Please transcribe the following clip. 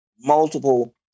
multiple